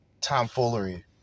tomfoolery